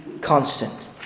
constant